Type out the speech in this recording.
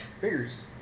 figures